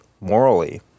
morally